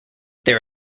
there